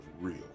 real